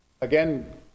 again